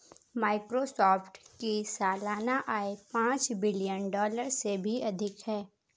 Microsoft की सालाना आय पांच बिलियन डॉलर से भी अधिक है